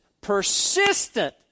persistent